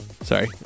sorry